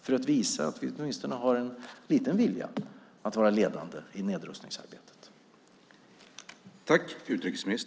Då kan vi visa att vi åtminstone har en liten vilja att vara ledande i nedrustningsarbetet.